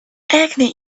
acne